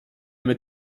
mit